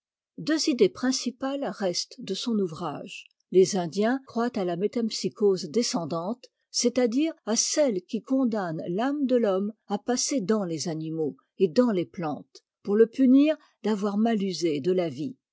deux idées principales restent de son ouvrage les indiens croient à la métempsycose descendante c'est-àdire à celle qui condamne t'âme de l'homme à passer dans les animaux et dans les plantes pour te punir d'avoir mal usé de la vie